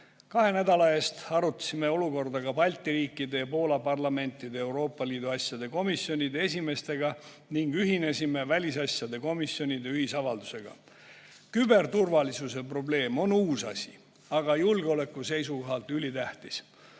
Kahe nädala eest arutasime olukorda ka Balti riikide ja Poola parlamentide Euroopa Liidu asjade komisjonide esimeestega ning ühinesime välisasjade komisjonide ühisavaldusega. Küberturvalisuse probleem on uus asi, aga julgeoleku seisukohalt ülitähtis.